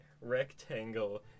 rectangle